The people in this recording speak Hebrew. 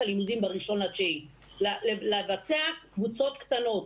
הלימודים ב-1 בספטמבר: לבצע קבוצות קטנות.